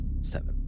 Seven